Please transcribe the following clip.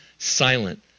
silent